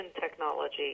technology